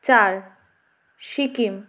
চার সিকিম